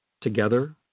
Together